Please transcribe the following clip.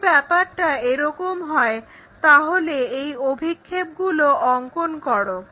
যদি ব্যাপারটা এরকম হয় তাহলে এর অভিক্ষেপগুলো অঙ্কন করো